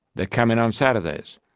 they come in on saturdays.